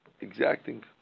exacting